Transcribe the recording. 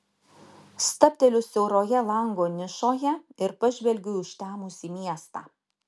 stabteliu siauroje lango nišoje ir pažvelgiu į užtemusį miestą